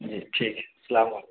جی ٹھیک السلام علیکم